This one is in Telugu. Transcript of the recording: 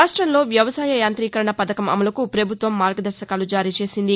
రాష్టంలో వ్యవసాయ యాంతీకరణ పథకం అమలుకు ప్రభుత్వం మార్గదర్భకాలు జారీ చేసింది